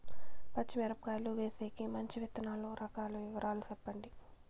పచ్చి మిరపకాయలు వేసేకి మంచి విత్తనాలు రకాల వివరాలు చెప్పండి?